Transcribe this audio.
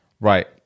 Right